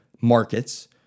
markets